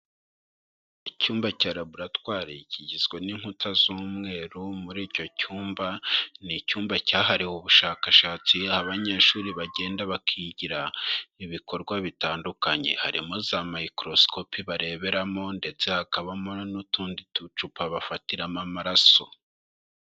Icyumba cya laboratwari kigizwe n'inkuta z'umweru muri icyo cyumba ni icyumba cyahariwe ubushakashatsi abanyeshuri bagenda bakigira ibikorwa bitandukanye harimo za microscopi bareberamo ndetse hakabamo n'utundi tucupa bafatiramo amaraso.